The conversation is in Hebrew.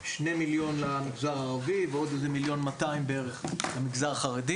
2 מיליון למגזר הערבי ועוד 1.2 מיליון למגזר החרדי